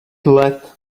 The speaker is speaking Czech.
let